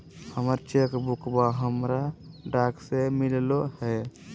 हमर चेक बुकवा हमरा डाक से मिललो हे